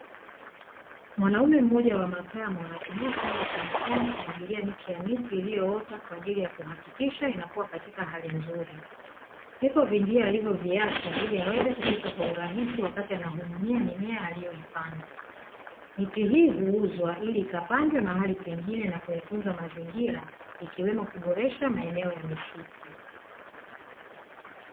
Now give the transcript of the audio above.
Mwanaume mmoja wa makamo anatumia chombo cha mkono kumwagilia miche ya miti iliyoota kwa ajili ya kuhakikisha inakua katika hali nzuri, viko vinjia alivoviacha ili aweza kupita kwa urahisi wakati anahudumia mimea aliyoipanda. Miti hii huuzwa ili ikapandwe mahali pengine na kuyatunza mazingira, ikiwemo kuboresha maeneo ya misitu.